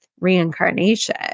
reincarnation